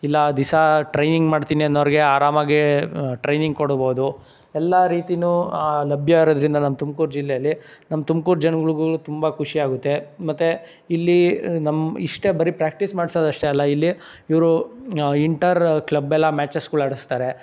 ಇಲ್ಲ ದಿವ್ಸ ಟ್ರೈನಿಂಗ್ ಮಾಡ್ತೀನಿ ಅನ್ನೋರಿಗೆ ಆರಾಮಾಗಿ ಟ್ರೈನಿಂಗ್ ಕೊಡ್ಬೋದು ಎಲ್ಲ ರೀತಿನೂ ಲಭ್ಯ ಇರೋದರಿಂದ ನಮ್ಮ ತುಮ್ಕೂರು ಜಿಲ್ಲೇಲಿ ನಮ್ಮ ತುಮ್ಕೂರು ಜನ್ಗಳಿಗೂ ತುಂಬ ಖುಷಿ ಆಗುತ್ತೆ ಮತ್ತು ಇಲ್ಲಿ ನಮ್ಮ ಇಷ್ಟೇ ಬರೀ ಪ್ರಾಕ್ಟೀಸ್ ಮಾಡಿಸೋದಷ್ಟೇ ಅಲ್ಲ ಇಲ್ಲಿ ಇವರು ಇಂಟರ್ ಕ್ಲಬ್ ಎಲ್ಲ ಮ್ಯಾಚಸ್ಗಳು ಆಡಿಸ್ತಾರೆ